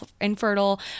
infertile